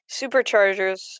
superchargers